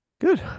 Good